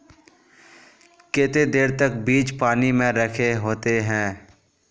केते देर तक बीज पानी में रखे होते हैं?